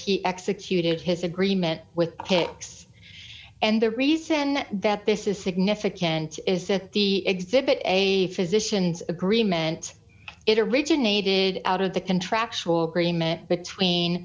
after he executed his agreement with pics and the reason that this is significant is that the exhibit a physicians agreement it originated out of the contractual agreement between